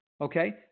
Okay